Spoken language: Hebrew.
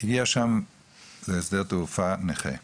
נראה אם זה צריך להישאר בדלתיים סגורות או לא.